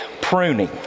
pruning